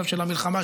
של המלחמה,